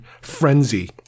frenzy